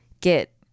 get